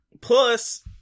Plus